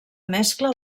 mescla